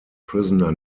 prisoner